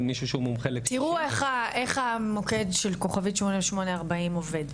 למישהו שהוא מומחה לקשישים --- תראו איך המוקד של *8840 עובד,